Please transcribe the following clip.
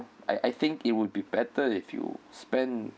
I I think it would be better if you spend